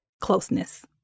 closeness